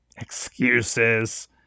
Excuses